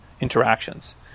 interactions